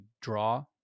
draw